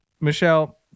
Michelle